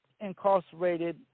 incarcerated